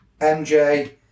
MJ